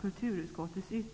Kulturutskottet